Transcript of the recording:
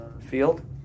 field